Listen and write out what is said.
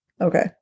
Okay